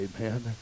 amen